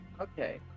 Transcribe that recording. Okay